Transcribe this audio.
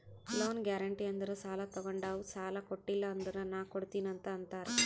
loan guarantee ಅಂದುರ್ ಸಾಲಾ ತೊಗೊಂಡಾವ್ ಸಾಲಾ ಕೊಟಿಲ್ಲ ಅಂದುರ್ ನಾ ಕೊಡ್ತೀನಿ ಅಂತ್ ಅಂತಾರ್